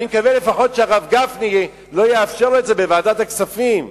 אני מקווה לפחות שהרב גפני לא יאפשר לו את זה בוועדת הכספים.